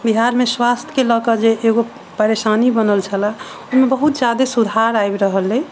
बिहार मे स्वास्थ्य के लऽ के जे एगो परेशानी बनल छलय ओहिमे बहुत जादे सुधार आबि रहल अछि